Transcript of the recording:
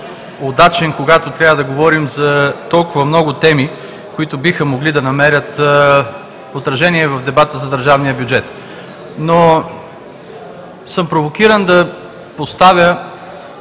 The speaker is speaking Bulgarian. когато трябва да говорим за толкова много теми, които биха могли да намерят отражение в дебата за държавния бюджет. Провокиран съм да поставя